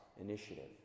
initiative